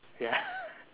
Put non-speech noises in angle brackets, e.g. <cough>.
ya <laughs>